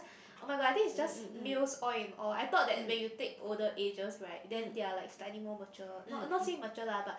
oh-my-god I think it's just males all in all I thought that when you take older ages right then they are like slightly more mature not not say matured lah but